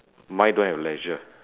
mine don't have leisure